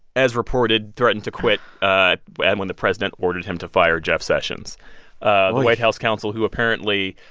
as reported, threatened to quit ah when when the president ordered him to fire jeff sessions the white house counsel who apparently,